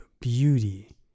beauty